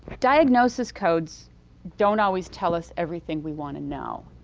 diagnosis codes don't always tell us everything we want to know.